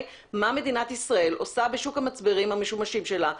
מה מדינת ישראל עושה בשוק המצברים המשומשים שלה,